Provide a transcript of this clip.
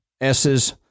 s's